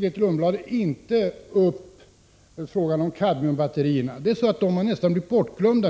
Grethe Lundblad tog inte upp frågan om kadmiumbatterierna. Den har nu nästan blivit bortglömd.